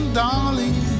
darling